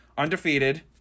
Undefeated